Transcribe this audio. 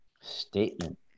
Statement